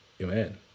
Amen